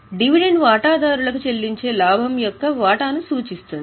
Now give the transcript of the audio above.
dividend వాటాదారులకు చెల్లించే లాభం యొక్క వాటాను సూచిస్తుంది